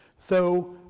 so